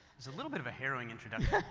it was a little bit of a harrowing introduction,